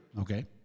Okay